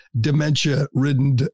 dementia-ridden